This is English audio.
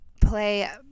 play